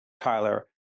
Tyler